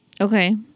Okay